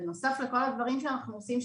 בנוסף לכל הדברים שאנחנו עושים,